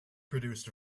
produced